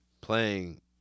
playing